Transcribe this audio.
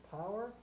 power